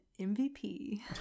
MVP